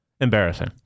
Embarrassing